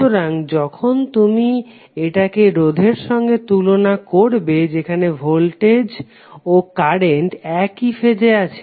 সুতরাং যখন তুমি এটাকে রোধের সঙ্গে তুলনা করবে যেখানে ভোল্টেজ ও কারেন্ট একই ফেজে আছে